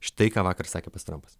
štai ką vakar sakė pats trampas